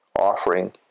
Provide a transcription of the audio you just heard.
offering